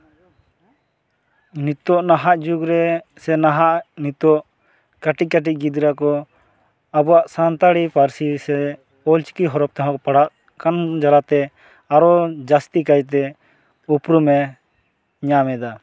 ᱱᱤᱛᱳᱜ ᱱᱟᱦᱟᱜ ᱡᱩᱜᱽ ᱨᱮ ᱥᱮ ᱱᱟᱦᱟᱜ ᱱᱤᱛᱳᱜ ᱠᱟᱹᱴᱤᱡᱼᱠᱟᱹᱴᱤᱡ ᱜᱤᱫᱽᱨᱟᱹ ᱠᱚ ᱟᱵᱚᱣᱟᱜ ᱥᱟᱱᱛᱟᱲᱤ ᱯᱟᱹᱨᱥᱤ ᱥᱮ ᱚᱞ ᱪᱤᱠᱤ ᱦᱚᱨᱚᱯ ᱛᱮᱦᱚᱸ ᱠᱚ ᱯᱟᱲᱦᱟᱜ ᱠᱟᱱ ᱡᱟᱞᱟᱛᱮ ᱟᱨᱚ ᱡᱟᱹᱥᱛᱤ ᱠᱟᱭᱛᱮ ᱩᱯᱨᱩᱢᱮ ᱧᱟᱢᱮᱫᱟ